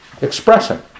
expressing